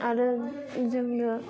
आरो जोंनो